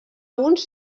uns